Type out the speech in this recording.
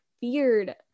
feared